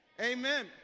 amen